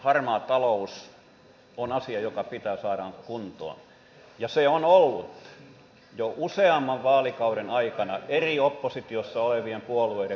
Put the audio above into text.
harmaa talous on asia joka pitää saada kuntoon ja se on ollut jo useamman vaalikauden aikana oppositiossa olevien eri puolueiden kärkihanke